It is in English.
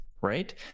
right